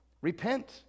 repent